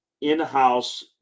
in-house